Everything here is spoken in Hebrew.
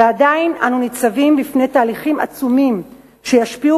ועדיין אנו ניצבים בפני תהליכים עצומים שישפיעו